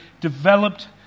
developed